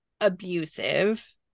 abusive